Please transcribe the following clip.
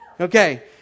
Okay